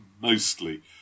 mostly